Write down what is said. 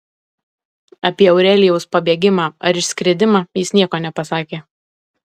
apie aurelijaus pabėgimą ar išskridimą jis nieko nepasakė